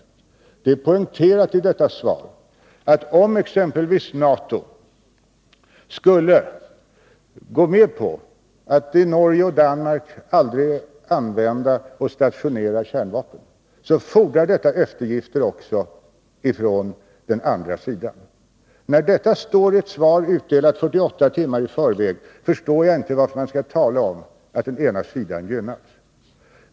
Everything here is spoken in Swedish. Vidare har det poängterats att om exempelvis NATO skulle gå med på att i Norge och Danmark aldrig använda eller stationera kärnvapen, fordrar detta eftergifter också från den andra sidan. När detta står i ett svar utdelat 48 timmar i förväg, förstår jag inte varför man skall tala om att den ena sidan gynnats.